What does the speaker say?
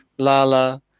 Lala